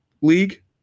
league